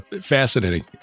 fascinating